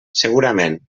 segurament